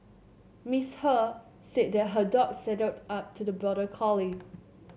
Miss He said that her dog sidled up to the border collie